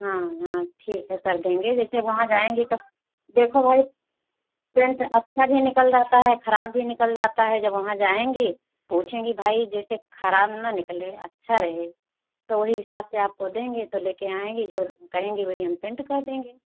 हाँ हाँ ठीक है कर देंगे जैसे वहाँ जाएंगे तो देखो भाई पेंट अच्छा भी निकल जाता है खराब भी निकल जाता है जब वहां जाएंगे तो पोछेंगे भाई जैसे खराब न निकले अच्छा रहे तो वही हिसाब से आपको देंगे तो ले कर आएंगे जो कहेंगे वही हम पेंट कर देंगे